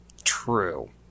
True